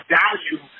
value